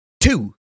two